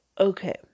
Okay